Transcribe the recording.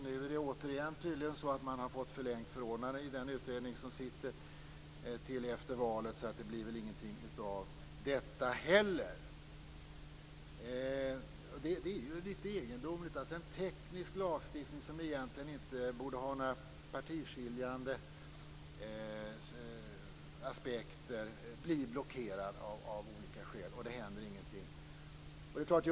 Nu är det återigen tydligen så att den utredning som sitter har fått förlängt förordnande till efter valet, så det blir väl ingenting av detta heller. Det är ju litet egendomligt: En teknisk lagstiftning som egentligen inte borde ha några partiskiljande aspekter blir blockerad av olika skäl, och det händer ingenting.